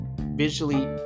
visually